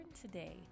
today